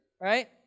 right